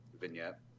vignette